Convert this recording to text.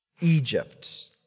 Egypt